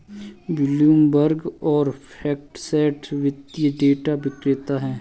Bloomberg और FactSet वित्तीय data विक्रेता हैं